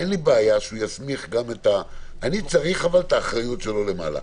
אין לי בעיה שהוא יסמיך אבל אני צריך את האחריות שלו למעלה.